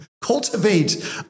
cultivate